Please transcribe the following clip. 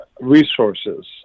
resources